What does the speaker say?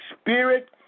spirit